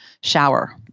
shower